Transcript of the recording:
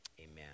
Amen